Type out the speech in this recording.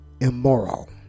immoral